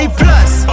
plus